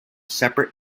separate